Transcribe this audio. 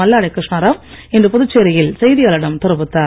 மல்லாடி கிருஷ்ணராவ் இன்று புதுச்சேரியில் செய்தியாளரிடம் தெரிவித்தார்